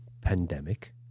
pandemic